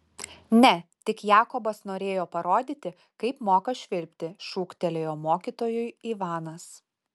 ne tik jakobas norėjo parodyti kaip moka švilpti šūktelėjo mokytojui ivanas